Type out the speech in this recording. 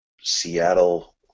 Seattle